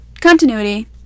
continuity